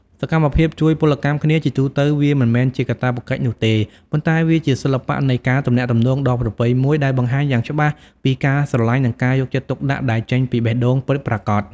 សកម្មភាពជួយពលកម្មគ្នា ជាទូទៅវាមិនមែនជាកាតព្វកិច្ចនោះទេ ប៉ុន្តែវាជាសិល្បៈនៃការទំនាក់ទំនងដ៏ប្រពៃមួយ ដែលបង្ហាញយ៉ាងច្បាស់ពីការស្រលាញ់និងការយកចិត្តទុកដាក់ដែលចេញពីបេះដូងពិតប្រាកដ។